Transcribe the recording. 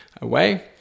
away